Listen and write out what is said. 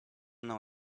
know